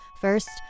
First